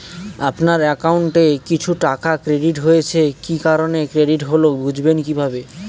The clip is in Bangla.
আপনার অ্যাকাউন্ট এ কিছু টাকা ক্রেডিট হয়েছে কি কারণে ক্রেডিট হল বুঝবেন কিভাবে?